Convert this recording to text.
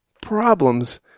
problems